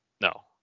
No